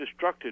destructed